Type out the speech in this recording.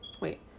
Wait